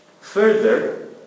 Further